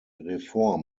reform